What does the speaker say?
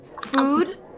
Food